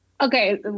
okay